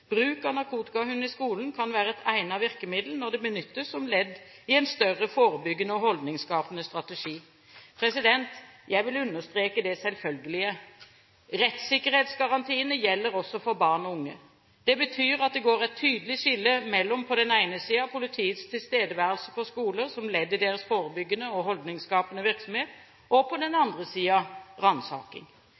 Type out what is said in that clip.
Bruk av narkotikahund i skolen kan være et egnet virkemiddel når det benyttes som ledd i en større forebyggende og holdningsskapende strategi. Jeg vil understreke det selvfølgelige: Rettssikkerhetsgarantiene gjelder også for barn og unge. Det betyr at det går et tydelig skille mellom på den ene siden politiets tilstedeværelse på skoler som ledd i deres forebyggende og holdningsskapende virksomhet og på den andre